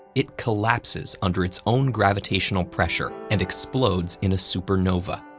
it collapses under its own gravitational pressure and explodes in a supernova.